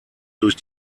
durch